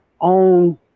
own